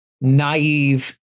naive